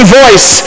voice